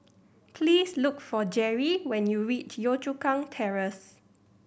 please look for Gerry when you reach Yio Chu Kang Terrace